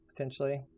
potentially